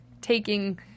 taking